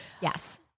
Yes